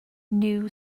new